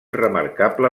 remarcable